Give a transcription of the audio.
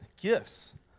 gifts